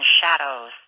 shadows